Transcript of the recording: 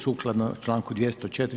Sukladno članku 204.